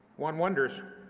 one wonders